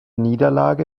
niederlage